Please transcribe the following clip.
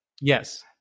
Yes